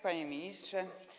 Panie Ministrze!